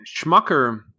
Schmucker